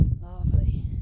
Lovely